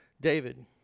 David